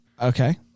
Okay